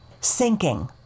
sinking